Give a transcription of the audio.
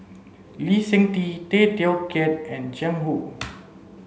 Lee Seng Tee Tay Teow Kiat and Jiang Hu